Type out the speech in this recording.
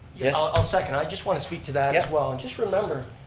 yeah i'll second, i just want to speak to that as well, and just remember,